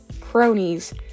cronies